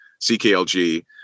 CKLG